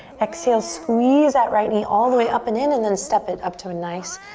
exhale, squeeze that right knee all the way up and in and then step it up to a nice,